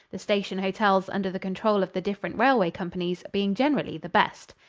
the station hotels under the control of the different railway companies being generally the best.